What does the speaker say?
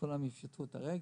שכולם יפשטו את הרגל.